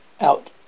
out